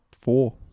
four